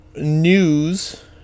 news